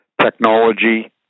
technology